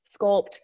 sculpt